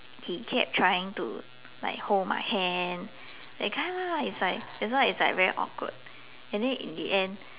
he kept trying to like hold my hand that kind lah it's like that's why it's like very awkward and then in the end